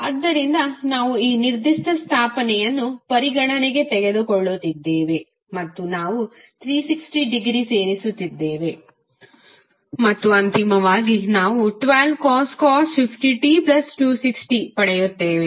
ಆದ್ದರಿಂದ ನಾವು ಆ ನಿರ್ದಿಷ್ಟ ಸ್ಥಾಪನೆಯನ್ನು ಪರಿಗಣನೆಗೆ ತೆಗೆದುಕೊಳ್ಳುತ್ತಿದ್ದೇವೆ ಮತ್ತು ನಾವು 360 ಡಿಗ್ರಿ ಸೇರಿಸುತ್ತಿದ್ದೇವೆ ಮತ್ತು ಅಂತಿಮವಾಗಿ ನಾವು 12cos 50t260 ಪಡೆಯುತ್ತೇವೆ